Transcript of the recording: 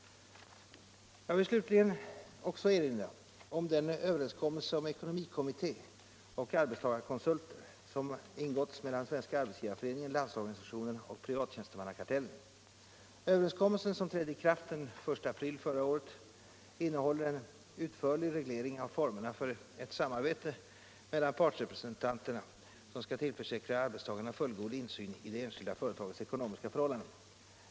Jag vill slutligen också erinra om den överenskommelse om ekonomikommitté och arbetstagarkonsulter som ingåtts mellan Svenska arbetsgivareföreningen, Landsorganisationen och Privattjänstemannakartellen. Överenskommelsen, som trädde i kraft den 1 april 1975, innehåller en utförlig reglering av formerna för ett samarbete mellan partsrepresentanterna, vilken skall tillförsäkra arbetstagarna fullgod insyn i det enskilda företagets ekonomiska förhållanden.